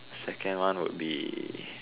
second one would be